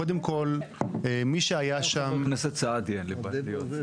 קודם כל מי שהיה שם --- גם עם חה"כ סעדי אין לי בעיה להיות.